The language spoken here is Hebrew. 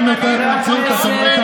אתה אבא של הצבועים.